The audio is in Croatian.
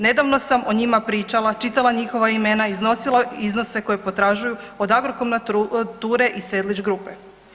Nedavno sam o njima pričala, čitala njihova imena, iznosila iznose koje potražuju od Agrokom nature i Sedlić grupe.